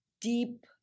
deep